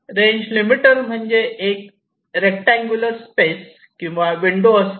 range limiter म्हणजे एक rectangular space किंवा विंडो असते